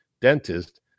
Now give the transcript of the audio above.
dentist